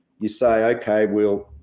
you say okay, we'll,